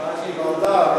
הם מעוניינים שזה יהיה במליאה.